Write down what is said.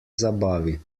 zabavi